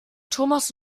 thomas